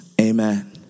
amen